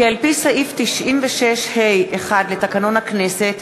כי על-פי סעיף 96(ה)(1) לתקנון הכנסת,